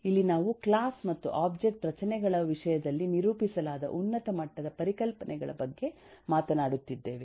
ಇಲ್ಲಿ ನಾವು ಕ್ಲಾಸ್ ಮತ್ತು ಒಬ್ಜೆಕ್ಟ್ ರಚನೆಗಳ ವಿಷಯದಲ್ಲಿ ನಿರೂಪಿಸಲಾದ ಉನ್ನತ ಮಟ್ಟದ ಪರಿಕಲ್ಪನೆಗಳ ಬಗ್ಗೆ ಮಾತನಾಡುತ್ತಿದ್ದೇವೆ